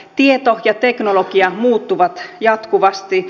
tieto ja teknologia muuttuvat jatkuvasti